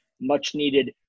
much-needed